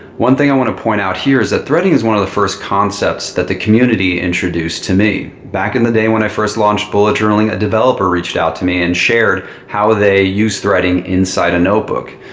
one thing i want to point out here is that threading is one of the first concepts that the community introduced to me. back in the day when i first launched bullet journaling, a developer reached out to me and shared how they use threading inside a notebook.